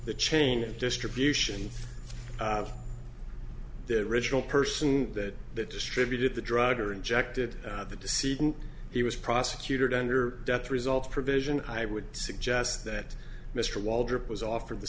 the chain of distribution of the original person that that distributed the drug or inject the decision he was prosecuted under death results provision i would suggest that mr walter was offered the